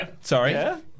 Sorry